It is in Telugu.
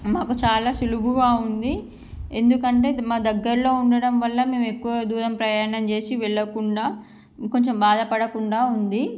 మాకు చాల సులువుగా ఉంది ఎందుకంటేఇది మా దగ్గరలో ఉండడం వల్ల మేము ఎక్కువ దూరం ప్రయాణం చేసి వెళ్ళకుండా కొంచం బాధ పడకుండా ఉంది